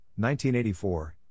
1984